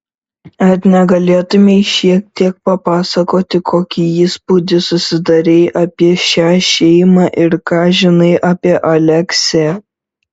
ar negalėtumei šiek tiek papasakoti kokį įspūdį susidarei apie šią šeimą ir ką žinai apie aleksę